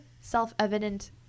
self-evident